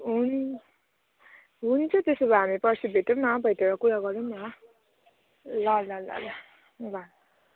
हुन् हुन्छ त्यसो भए हामी पर्सी भेटौँ न भेटेर कुरा गरौँ न ल ल ल ल ल